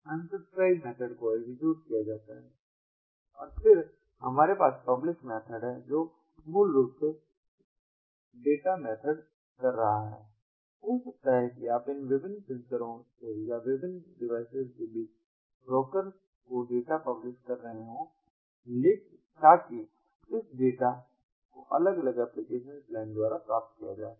unsubscribe method को execute किया जा सकता है और फिर हमारे पास पब्लिश मेथड है जो मूल रूप से डेटा मेथड कर रहा है हो सकता है कि आप इन विभिन्न सेंसरों से या विभिन्न डिवाइसेज से ब्रोकर को डेटा पब्लिश कर रहे हों ताकि इस डाटा को अलग अलग एप्लिकेशन क्लाइंट द्वारा प्राप्त किया जा सके